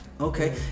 Okay